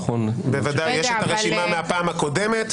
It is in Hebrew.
אני רוצה להבין מה קורה פה.